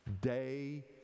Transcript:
day